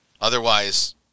otherwise